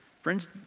Friends